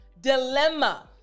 Dilemma